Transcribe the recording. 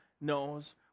knows